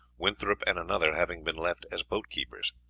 winthorpe and another having been left as boat keepers.